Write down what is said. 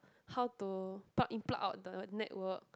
how to pluck in pluck out the network